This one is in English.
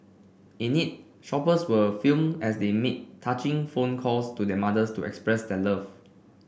in it shoppers were filmed as they made touching phone calls to their mothers to express their love